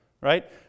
right